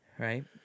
Right